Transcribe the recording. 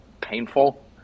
painful